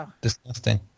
disgusting